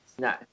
No